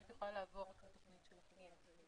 מדובר על הצפון ועל חיפה.